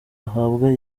ahabwa